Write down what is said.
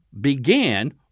began